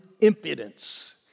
impudence